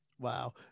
Wow